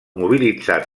mobilitzat